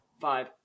five